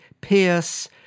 pierce